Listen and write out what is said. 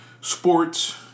sports